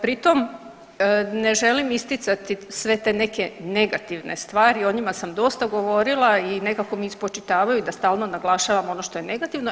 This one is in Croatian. Pritom ne želim isticati sve te neke negativne stvari, o njima sam dosta govorila i nekako mi spočitavaju da stalno naglašavam ono što je negativno.